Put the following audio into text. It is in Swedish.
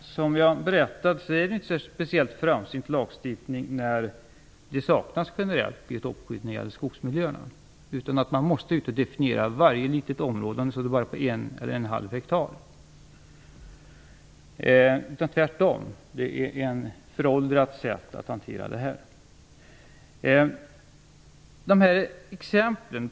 Fru talman! Som jag berättat är inte lagstiftningen speciellt framsynt när det saknas generellt biotopskydd när det gäller skogsmiljöerna. Man måste definiera varje litet område, om det så bara är på en eller en halv hektar. Det är ett föråldrat sätt att hantera det här.